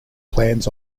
plans